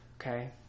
Okay